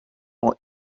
more